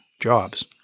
jobs